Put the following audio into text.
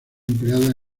empleada